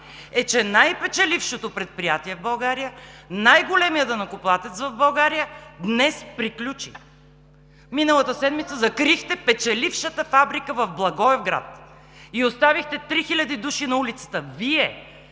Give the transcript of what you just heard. е, че най-печелившото предприятие в България, най-големият данъкоплатец в България днес приключи. Миналата седмица закрихте печелившата фабрика в Благоевград и оставихте три хиляди души на улицата – Вие,